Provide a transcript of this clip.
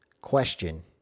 question